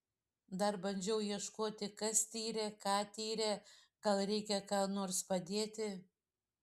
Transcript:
dar bandžiau ieškoti kas tyrė ką tyrė gal reikia ką nors padėti